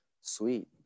Sweet